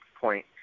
point